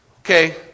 Okay